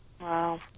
Wow